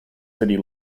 city